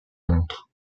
montres